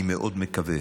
אני מאוד מקווה